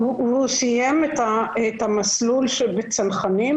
הוא סיים את המסלול בצנחנים